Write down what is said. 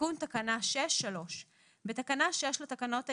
תיקון תקנה 6. בתקנה 6 לתקנות העיקריות,